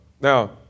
Now